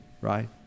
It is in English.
Right